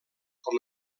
com